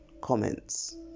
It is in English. comments